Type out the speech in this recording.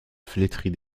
flétrie